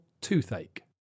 toothache